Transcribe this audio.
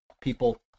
people